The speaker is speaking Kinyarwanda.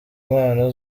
mpano